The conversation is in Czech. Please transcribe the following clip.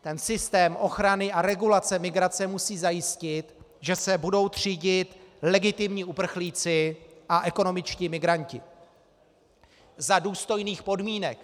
Ten systém ochrany a regulace migrace musí zajistit, že se budou třídit legitimní uprchlíci a ekonomičtí migranti za důstojných podmínek.